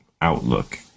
outlook